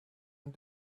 and